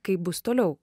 kaip bus toliau